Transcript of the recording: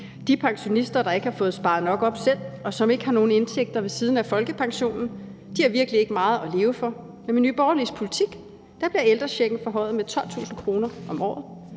De pensionister, der ikke har fået sparet nok op selv, og som ikke har nogen indtægter ved siden af folkepensionen, har virkelig ikke meget at leve for, men med Nye Borgerliges politik bliver ældrechecken forhøjet med 12.000 kr. om året.